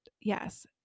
yes